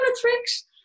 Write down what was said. tricks